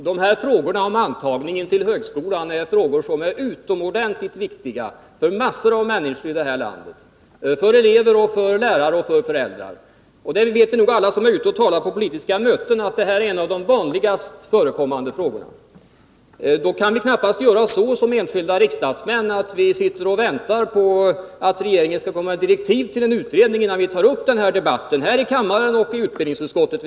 Herr talman! Frågan om antagningen till högskolan är utomordentligt viktig för massor av människor i det här landet — för elever, lärare och föräldrar. Alla som är ute och talar på politiska möten vet nog att detta är en av de vanligast förekommande frågorna. Då kan vi som enskilda riksdagsmän knappast göra så att vi sitter och väntar på att regeringen skall komma med direktiv till en utredning, innan vi tar upp debatten här i kammaren och i utbildningsutskottet.